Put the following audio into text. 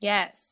Yes